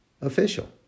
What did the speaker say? official